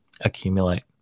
accumulate